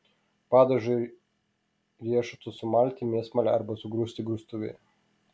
padažui riešutus sumalti mėsmale arba sugrūsti grūstuvėje